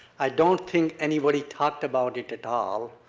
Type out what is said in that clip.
i don't think anybody talked about it at all,